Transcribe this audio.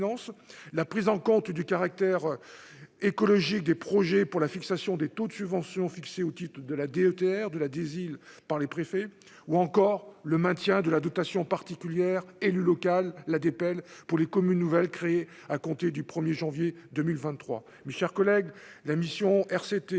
la prise en compte du caractère écologique des projets pour la fixation des taux de subvention fixée au titre de la DETR de la disent-ils, par les préfets ou encore le maintien de la dotation particulière, élu local là des pelles pour les communes nouvelles créées à compter du 1er janvier 2023, mes chers collègues, la mission RCT